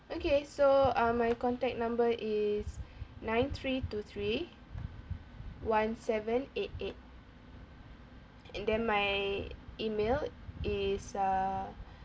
okay so um my contact number is nine three two three one seven eight eight and then my E-mail is err